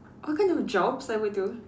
what kind of jobs I would do